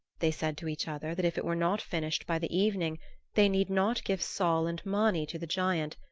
they said to each other that if it were not finished by the evening they need not give sol and mani to the giant,